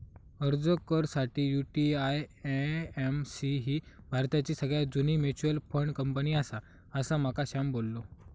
अर्ज कर साठी, यु.टी.आय.ए.एम.सी ही भारताची सगळ्यात जुनी मच्युअल फंड कंपनी आसा, असा माका श्याम बोललो